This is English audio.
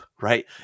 right